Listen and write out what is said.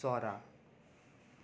चरा